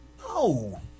No